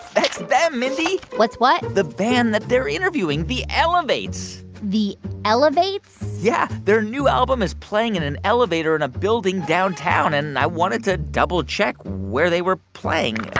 that's them, mindy what's what? the band that they're interviewing, the elevates the elevates? yeah. their new album is playing in an elevator in a building downtown. and i wanted to double check where they were playing.